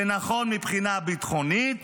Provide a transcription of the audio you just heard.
זה נכון מבחינה ביטחונית,